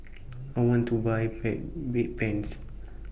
I want to Buy bad Bedpans